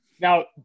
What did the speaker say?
Now